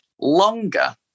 longer